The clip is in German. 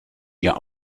ihr